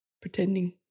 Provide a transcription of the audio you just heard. pretending